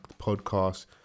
podcast